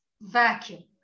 vacuum